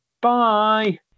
Bye